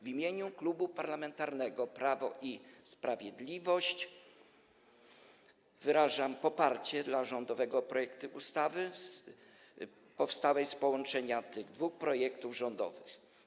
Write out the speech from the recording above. W imieniu Klubu Parlamentarnego Prawo i Sprawiedliwość wyrażam poparcie dla rządowego projektu ustawy powstałej z połączenia tych dwóch projektów rządowych.